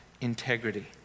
integrity